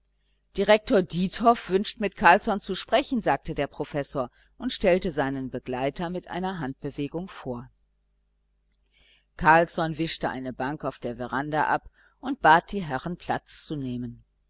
direktor diethoff wünscht mit carlsson zu sprechen sagte der professor und stellte seinen begleiter mit einer handbewegung vor carlsson wischte eine bank auf der veranda ab und bat die herren platz zu nehmen